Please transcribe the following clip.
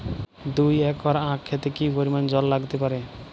দুই একর আক ক্ষেতে কি পরিমান জল লাগতে পারে?